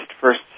first